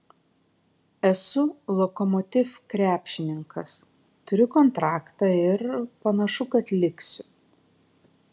esu lokomotiv krepšininkas turiu kontraktą ir panašu kad liksiu